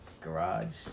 garage